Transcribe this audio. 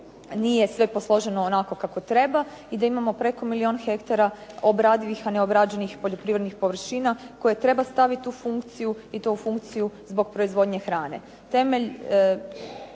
nije sve posloženo onako kako treba i da imamo preko milijun hektara obradivih, a ne obrađenih poljoprivrednih površina koje treba staviti u funkciju i to u funkciju zbog proizvodnje hrane.